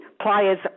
players